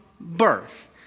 birth